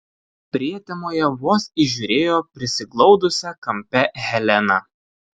prietemoje vos įžiūrėjo prisiglaudusią kampe heleną